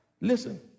listen